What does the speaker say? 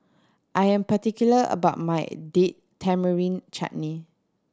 I am particular about my Date Tamarind Chutney